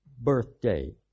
birthday